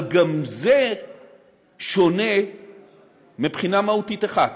אבל גם זה שונה מבחינה מהותית אחת: